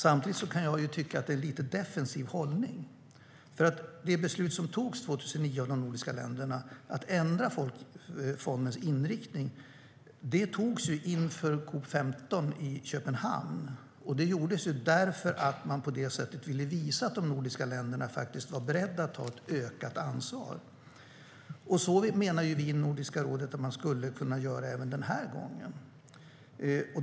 Samtidigt kan jag tycka att det är en lite defensiv hållning. Det beslut som togs 2009 av de nordiska länderna om att ändra fondens inriktning togs nämligen inför COP 15 i Köpenhamn, och det gjordes därför att man på det sättet ville visa att de nordiska länderna faktiskt var beredda att ta ett ökat ansvar. Vi i Nordiska rådet menar att man skulle kunna göra så även den här gången.